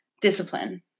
discipline